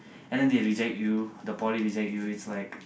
and then they reject you the poly reject you it's like